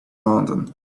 london